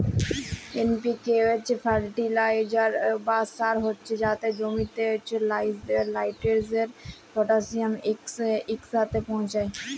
NPK fertiliser বা সার হছে যাতে জমিতে লাইটেরজেল, পটাশিয়াম ইকসাথে পৌঁছায়